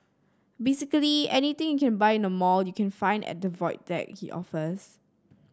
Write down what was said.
basically anything you can buy in a mall you can find at the Void Deck he offers